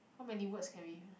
how many words can we